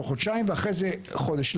ואחרי זה חודש.